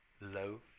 low